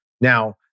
Now